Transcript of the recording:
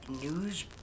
news